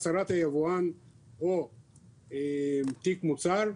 הצהרת היבואן או תיק מוצר,